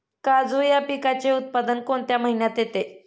काजू या पिकाचे उत्पादन कोणत्या महिन्यात येते?